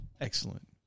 Excellent